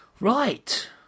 Right